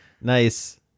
nice